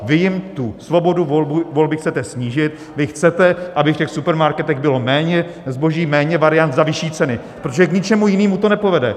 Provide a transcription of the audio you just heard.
Vy jim tu svobodu volby chcete snížit, vy chcete, aby v supermarketech bylo méně zboží, méně variant za vyšší ceny, protože k ničemu jinému to nepovede.